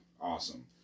Awesome